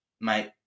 mate